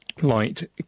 Light